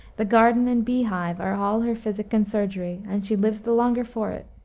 the garden and bee-hive are all her physic and surgery, and she lives the longer for it.